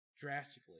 drastically